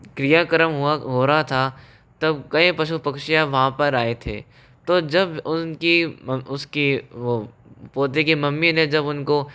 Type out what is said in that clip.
क्रियाक्रम हुआ हो रहा था तब कई पशु पक्षियां वहाँ पर आए थे तो जब उनकी उसकी वो पोते की मम्मी ने जब उनको